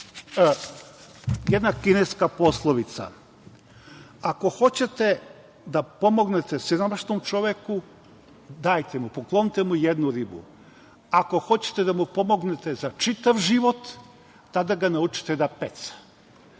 jedna kineska poslovica - ako hoćete da pomognete siromašnom čoveku dajte mu, poklonite mu jednu ribu, ako hoćete da mu pomognete za čitav život tada ga naučite da peca.